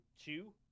two